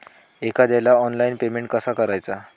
एखाद्याला online payment कसा करायचा?